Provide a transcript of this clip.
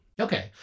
Okay